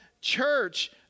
church